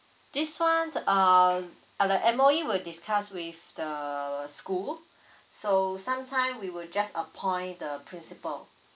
this one err uh the M_O_E will discuss with the school so sometime we would just appoint the principal